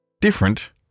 Different